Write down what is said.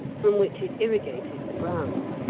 from which it irrigated the ground.